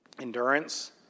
endurance